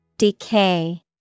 Decay